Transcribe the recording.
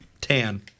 Tan